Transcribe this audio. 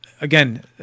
Again